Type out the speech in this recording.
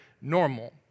normal